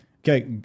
Okay